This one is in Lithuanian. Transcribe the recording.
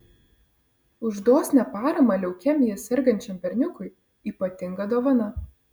už dosnią paramą leukemija sergančiam berniukui ypatinga dovana